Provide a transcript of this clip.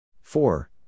four